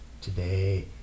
Today